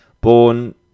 born